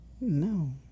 No